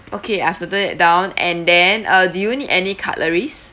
okay I've noted that down and then uh do you need any cutleries